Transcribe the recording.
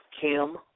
Kim